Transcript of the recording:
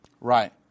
Right